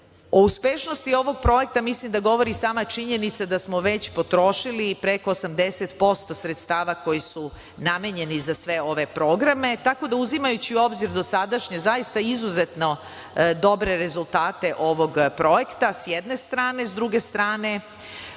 uspešnosti ovog projekta mislim da govori sama činjenica da smo već potrošili preko 80% sredstava koji su namenjeni za sve ove programe, tako da uzimajući u obzir dosadašnje izuzetno dobre rezultate ovog projekta, s jedne strane, s druge strane